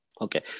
okay